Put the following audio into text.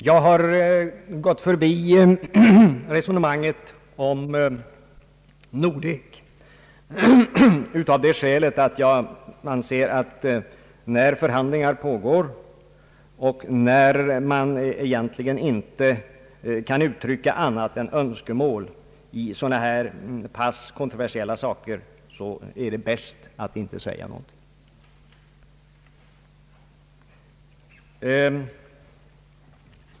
Jag har gått förbi resonemanget om Nordek av det skälet att jag anser att när förhandlingar pågår och när man egentligen inte kan uttrycka annat än önskemål i en kontroversiell fråga, är det bäst att inte säga någonting.